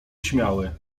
śmiały